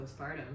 postpartum